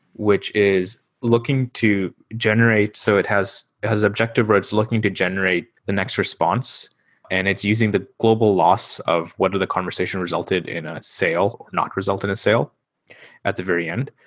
which is looking to generate so it has has objective where it's looking to generate the next response and it's using the global loss of whether the conversation resulted in a sale or not resulted in a sale at the very end.